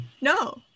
No